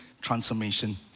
transformation